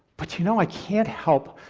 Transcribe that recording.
but you know i can't help.